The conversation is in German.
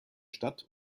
stadt